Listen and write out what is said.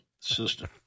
system